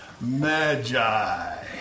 magi